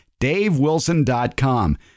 DaveWilson.com